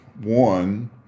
one